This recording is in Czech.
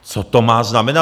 Co to má znamenat?